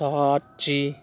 காட்சி